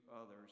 others